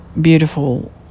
beautiful